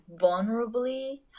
vulnerably